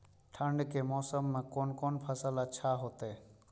ठंड के मौसम में कोन कोन फसल अच्छा होते?